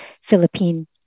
Philippine